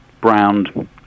browned